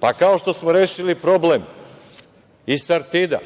Pa, kao što smo rešili problem i „Sartida“,